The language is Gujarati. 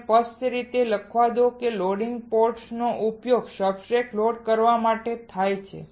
મને સ્પષ્ટ રીતે લખવા દો કે લોડિંગ પોર્ટનો ઉપયોગ સબસ્ટ્રેટ્સ લોડ કરવા માટે થાય છે